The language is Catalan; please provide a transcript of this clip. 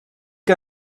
que